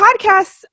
podcasts